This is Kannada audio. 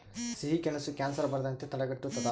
ಸಿಹಿಗೆಣಸು ಕ್ಯಾನ್ಸರ್ ಬರದಂತೆ ತಡೆಗಟ್ಟುತದ